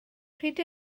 pryd